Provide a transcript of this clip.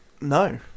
No